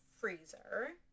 freezer